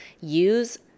use